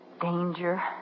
danger